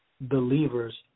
believers